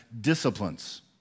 disciplines